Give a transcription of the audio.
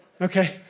Okay